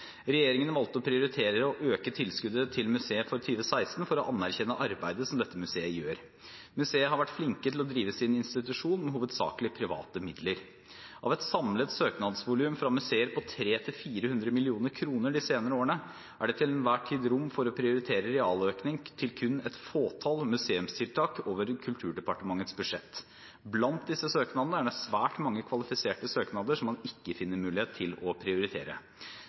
Regjeringen valgte å prioritere å øke tilskuddet til museet for 2016 for å anerkjenne arbeidet som dette museet gjør. Museet har vært flink til å drive sin institusjon med hovedsakelig private midler. Av et samlet søknadsvolum fra museer på 300–400 mill. kr de senere årene er det til enhver tid rom for å prioritere realøkning til kun et fåtall museumstiltak over Kulturdepartementets budsjett. Blant disse søknadene er det svært mange kvalifiserte søknader som man ikke finner mulighet til å prioritere.